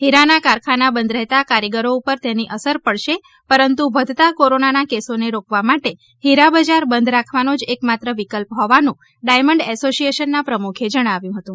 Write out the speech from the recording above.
ફીરાના કારખાના બંધ રહેતા કારીગરો ઉપર તેની અસર પડશે પરંતુ વધતા કોરોનાના કેસોને રોકવા માટે હીરાબજાર બંધ રાખવાનો જ એકમાત્ર વિકલ્પ હોવાનું ડાયમંડ એસોસીએશનના પ્રમુખે જણાવ્યુ હતું